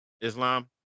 Islam